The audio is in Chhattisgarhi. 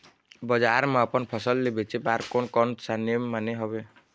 बजार मा अपन फसल ले बेचे बार कोन कौन सा नेम माने हवे?